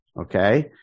Okay